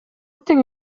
тең